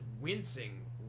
wincing